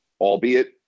albeit